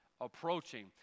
approaching